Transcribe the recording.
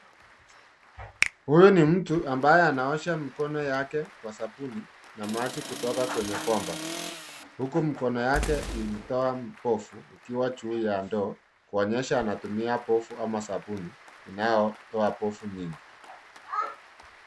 Huyu ni mtu ambaye anaosha mikono yake kwa sabuni na maji kutoka kwenye bomba huku mikono yake ikitoa povu ikiwa juu ya ndoo kuonyesha anatumia povu ama sabuni inayotoa povu nyingi.